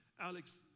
Alex